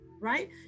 right